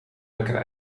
lekker